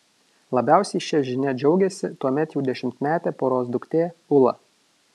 labiausiai šia žinia džiaugėsi tuomet jau dešimtmetė poros duktė ula